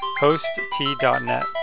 HostT.net